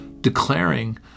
declaring